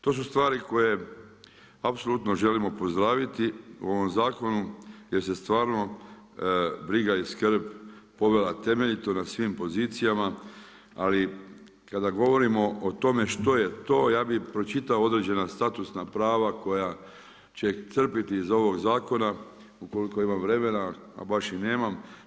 To su stvari koje apsolutno želimo pozdraviti u ovom zakonu gdje se stvarno briga i skrb pogleda temeljito na svi pozicijama, ali kada govorimo o tome što je to, ja bi pročitao određena statusna prava koja će ih crpiti iz ovog zakona ukoliko imam vremena, a baš i nemam.